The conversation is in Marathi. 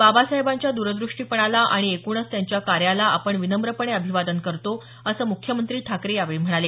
बाबासाहेबांच्या द्रदृष्टीपणाला आणि एकूणच त्यांच्या कार्याला आपण विनम्रपणे अभिवादन करतो असं मुख्यमंत्री ठाकरे यावेळी म्हणाले